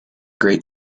great